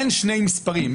אין שני מספרים.